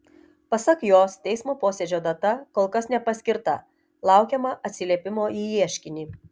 pasak jos teismo posėdžio data kol kas nepaskirta laukiama atsiliepimo į ieškinį